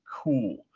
cool